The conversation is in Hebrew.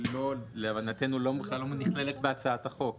שלהבנתנו כרגע לא נכללת בהצעת החוק.